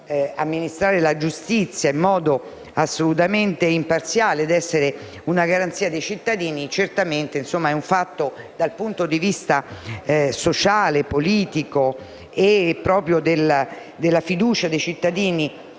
amministrare la giustizia in modo assolutamente imparziale ed essere una garanzia per i cittadini, è certamente un fatto, dal punto di vista sociale, politico e proprio della fiducia dei cittadini